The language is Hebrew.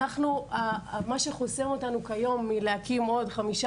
מה שחוסם אותנו כיום מלהקים עוד 15